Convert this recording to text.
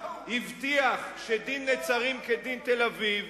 הבטיח שדין נצרים כדין תל-אביב,